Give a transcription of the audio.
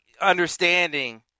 Understanding